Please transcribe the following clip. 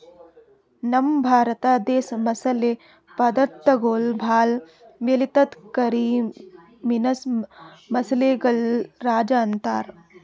ನಮ್ ಭರತ ದೇಶ್ ಮಸಾಲೆ ಪದಾರ್ಥಗೊಳ್ ಭಾಳ್ ಬೆಳಿತದ್ ಕರಿ ಮೆಣಸ್ ಮಸಾಲೆಗಳ್ ರಾಜ ಅಂತಾರ್